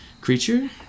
creature